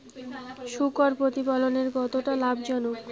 শূকর প্রতিপালনের কতটা লাভজনক?